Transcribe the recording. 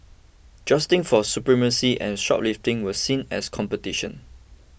jostling for supremacy and shoplifting were seen as competition